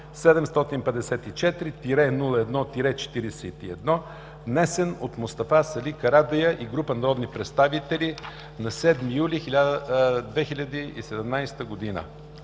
754-01-41, внесен от Мустафа Сали Карадайъ и група народни представители на 7 юли 2017 г.“